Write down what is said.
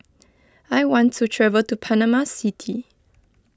I want to travel to Panama City